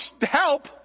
help